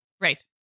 Right